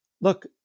Look